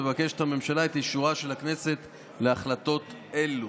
מבקשת הממשלה את אישורה של הכנסת להחלטות אלו.